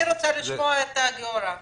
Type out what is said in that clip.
אני רוצה לשמוע את גיורא איילנד.